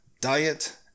diet